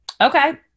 okay